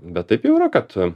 bet taip jau yra kad